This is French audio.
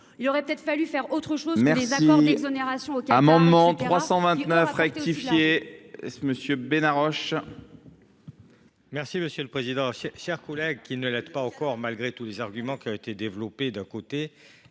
Il aurait peut être fallu faire autre chose que des accords d’exonération avec